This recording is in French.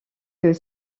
que